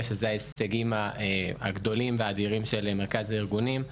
שאלו ההישגים הגדולים והאדירים של מרכז הארגונים,